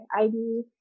ID